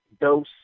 Dose